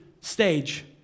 stage